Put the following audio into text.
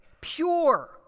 pure